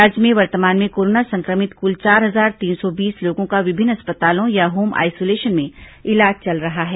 राज्य में वर्तमान में कोरोना संक्रमित कुल चार हजार तीन सौ बीस लोगों का विभिन्न अस्पतालों या होम आइसोलेशन में इलाज चल रहा है